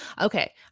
okay